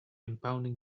impounding